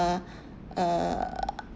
uh